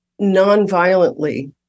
nonviolently